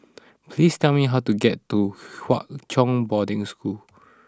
please tell me how to get to Hwa Chong Boarding School